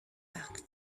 act